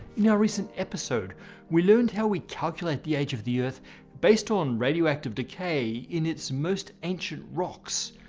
in our recent episode we learned how we calculate the age of the earth based on radioactive decay in its most ancient rocks.